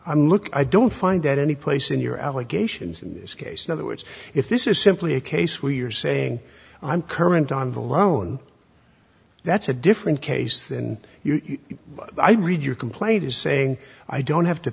i'm look i don't find that any place in your allegations in this case in other words if this is simply a case where you're saying i'm current on the loan that's a different case than you but i read your complaint is saying i don't have to